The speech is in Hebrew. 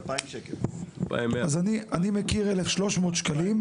אני מכיר שזה 1,300 שקלים,